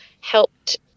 helped